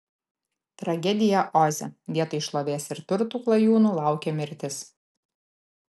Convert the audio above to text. tragedija oze vietoj šlovės ir turtų klajūnų laukė mirtis